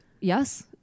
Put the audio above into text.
Yes